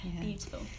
Beautiful